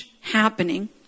happening